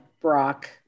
Brock